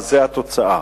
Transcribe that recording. זאת התוצאה.